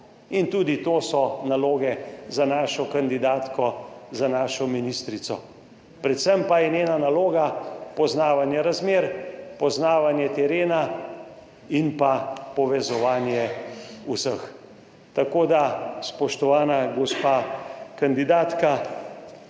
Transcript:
in tudi to so naloge za našo kandidatko, za našo ministrico, predvsem pa je njena naloga poznavanje razmer, poznavanje terena in pa povezovanje vseh. Tako, da spoštovana gospa kandidatka,